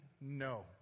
No